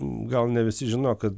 gal ne visi žino kad